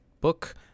book